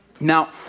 Now